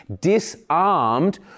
disarmed